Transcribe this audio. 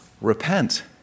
repent